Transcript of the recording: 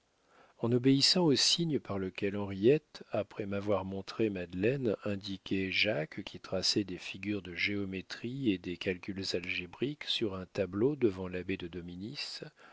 en obéissant au signe par lequel henriette après m'avoir montré madeleine indiquait jacques qui traçait des figures de géométrie et des calculs algébriques sur un tableau devant l'abbé de dominis